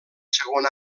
segon